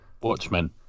Watchmen